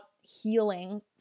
healing